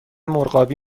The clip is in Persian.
مرغابی